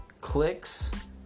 clicks